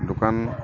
দোকান